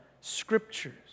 Scriptures